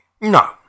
No